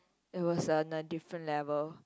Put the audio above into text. it was uh on different level